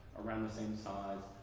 around the same size,